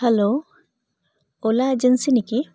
hello Ola agency নেকি